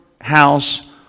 house